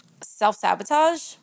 self-sabotage